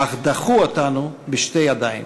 אך דחו אותנו בשתי ידיים.